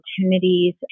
opportunities